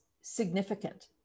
significant